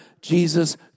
Jesus